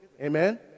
Amen